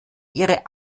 ihre